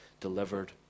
delivered